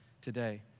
today